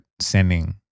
sending